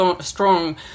strong